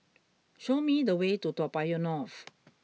show me the way to Toa Payoh North